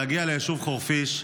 להגיע ליישוב חורפיש,